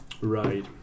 Right